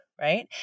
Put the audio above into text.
right